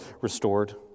restored